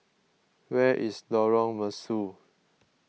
where is Lorong Mesu